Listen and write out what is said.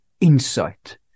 insight